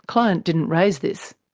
client didn't raise this.